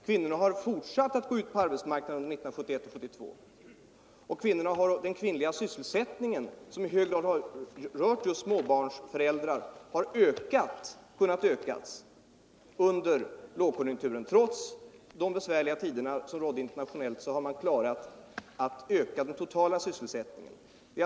Kvinnorna fortsatte att gå ut på arbetsmarknaden 1971 — 1972, och den kvinnliga sysselsättningen, som i hög grad har gällt just småbarnsmammorna, har kunnat öka även under lågkonjunkturen. Trots de svåra tider som rådde internationellt kunde man öka den totala sysselsättningen här.